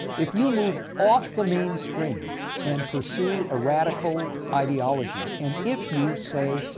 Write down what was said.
if you move off the mainstream and pursue a radical ideology, and if you say,